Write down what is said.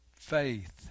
faith